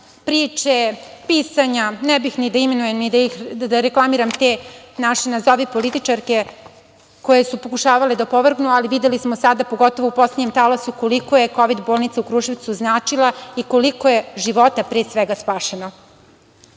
priče, pisanja, ne bih ni da imenujem i da reklamiram te naše nazovi političarke, koje su pokušavale da opovrgnu, ali videli smo sada, pogotovo u poslednjem talasu koliko je Kovid bolnica u Kruševcu značila i koliko je života, pre svega spašeno,